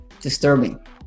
disturbing